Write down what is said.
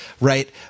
right